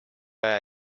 aja